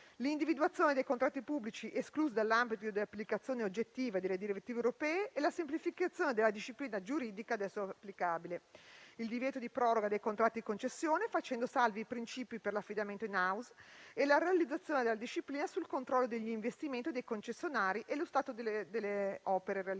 l'individuazione dei contratti pubblici esclusi dall'ambito di applicazione oggettiva delle direttive europee e la semplificazione della disciplina giuridica ad essi applicabile; il divieto di proroga dei contratti in concessione, facendo salvi i principi per l'affidamento *in house* e la realizzazione della disciplina sul controllo degli investimenti dei concessionari e sullo stato delle opere realizzate;